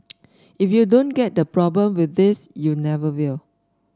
if you don't get the problem with this you never will